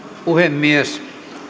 puhemies